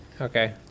Okay